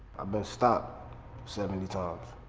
been stopped seventy times.